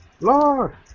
Lord